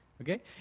Okay